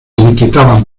inquietaban